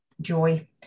joy